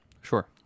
sure